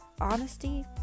honesty